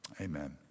amen